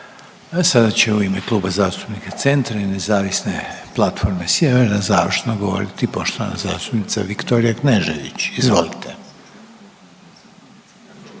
Sada će u ime Kluba zastupnika Centra i Nezavisne platforme Sjevera završno govoriti poštovana zastupnica Viktorija Knežević, izvolite.